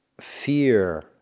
fear